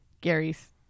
Gary's